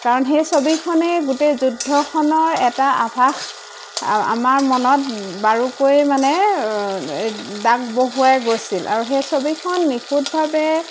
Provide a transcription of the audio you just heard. কাৰণ সেই ছবিখনেই গোটেই যুদ্ধখনৰ এটা আভাস আমাৰ মনত বাৰুকৈ মানে দাগ বহুৱাই গৈছিল আৰু সেই ছবিখন নিখুঁতভাৱে